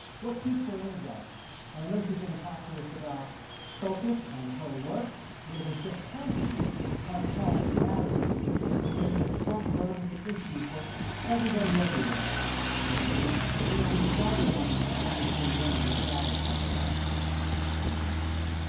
what keeps her energized and i know she's gonna talk to us about focus and her work because if she'll tell you heart health matters and it remains a front-burning issue for everybody everywhere and ah we don't need star to remind us that one in three women will die of cardiovascular disease. it's the leading killer.